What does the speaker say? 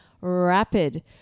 rapid